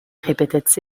répétait